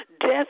death